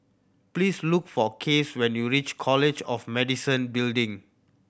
please look for Case when you reach College of Medicine Building